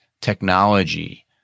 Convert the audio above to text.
technology